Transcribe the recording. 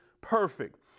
perfect